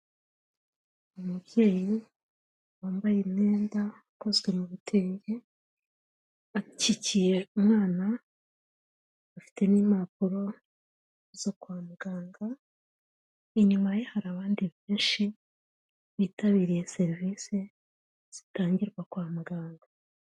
Umubyeyi wambaye imyenda ikozwe mu bitenge, akikiye umwana afite n'impapuro zo kwa muganga, inyuma ye hari abandi benshi bitabiriye serivisi zitangirwa kwa muganga.